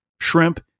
shrimp